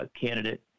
candidate